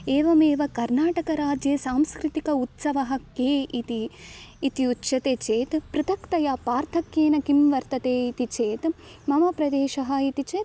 एवमेव कर्नाटकराज्ये सांस्कृतिकाः उत्सवाः के इति इति उच्यते चेत् पृथक्तया पार्थक्येन किं वर्तते इति चेत् मम प्रदेशः इति चेत्